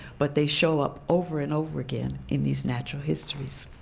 but they show up over and over again in these natural histories.